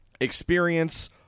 experience